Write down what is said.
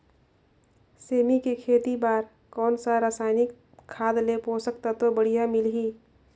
सेमी के खेती बार कोन सा रसायनिक खाद ले पोषक तत्व बढ़िया मिलही?